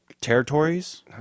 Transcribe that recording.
Territories